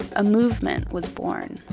a movement was born